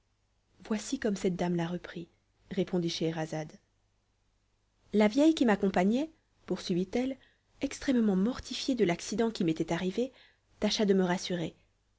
voici comme cette dame la reprit répondit scheherazade la vieille qui m'accompagnait poursuivit-elle extrêmement mortifiée de l'accident qui m'était arrivé tâcha de me rassurer